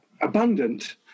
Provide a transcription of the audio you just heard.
abundant